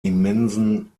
immensen